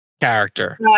character